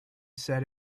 said